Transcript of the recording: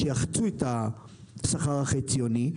כדי שיחצו את השכר החציוני.